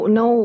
no